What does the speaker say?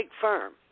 firm